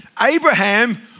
Abraham